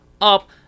up